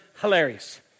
hilarious